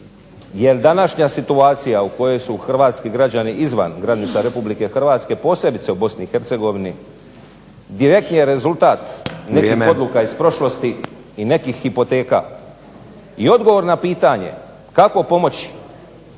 jer današnja situacija u kojoj su hrvatski građani izvan granica RH, posebice u BiH, direktni je rezultat nekih odluka iz prošlosti i nekih hipoteka. **Stazić, Nenad (SDP)**